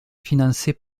financées